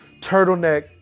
turtleneck